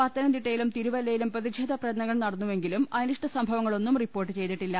പത്തനംതിട്ടയിലും തിരുവ ല്ലയിലും പ്രതിഷേധ പ്രകടനങ്ങൾ നടന്നുവെങ്കിലും അനിഷ്ട സംഭവങ്ങ ളൊന്നും റിപ്പോർട്ട് ചെയ്തിട്ടില്ല